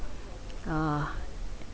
ah